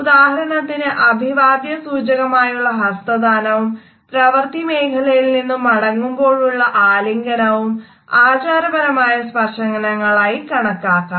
ഉദാഹരണത്തിന് അഭിവാദ്യ സൂചകമായുള്ള ഹസ്തദാനവും പ്രവർത്തിമേഖലയിൽനിന്നു മടങ്ങുമ്പോഴുള്ള ആലിംഗനവും ആചാരപരമായ സ്പർശനങ്ങളായി കണക്കാക്കാം